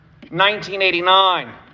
1989